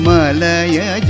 Malaya